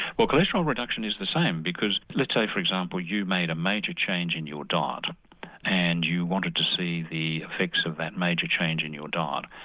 well cholesterol reduction is the same because let's say for example you made a major change in your diet and you wanted to see the effects of that major change in your diet.